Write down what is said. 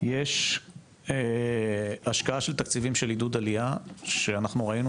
יש השקעה של תקציבים של עידוד עלייה שאנחנו ראינו